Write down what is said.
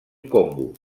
congo